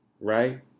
Right